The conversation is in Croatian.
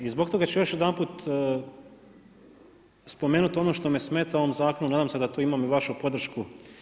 I zbog toga ću još jedanput spomenut ono što me smeta u ovom zakonu, nadam se da u tome imam i vašu podršku.